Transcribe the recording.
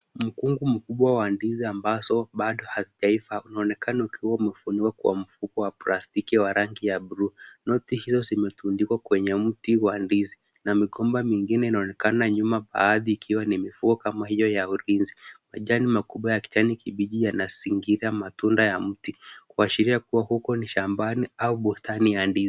Mkungu mkubwa wa ndizi ambazo bado hazijaiva unaonekana ukiwa umefunikwa kwa mfuko wa plastiki wa rangi ya bluu, noti hizo zimetundikwa kwenye mti wa ndizi na migomba mingine inaonekana nyuma baadhi ikiwa ni mikubwa kama hiyo ya ulinzi, majani makubwa ya kijani kibichi yanazingira matunda ya mti kuashiria kuwa huku ni shambani au bustani ya ndizi.